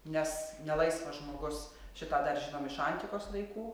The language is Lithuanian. nes nelaisvas žmogus šitą dar žinom iš antikos laikų